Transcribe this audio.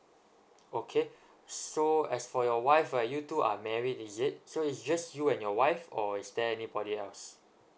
okay so as for your wife uh you two are married is it so is just you and your wife or is there anybody else